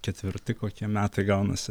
ketvirti kokie metai gaunasi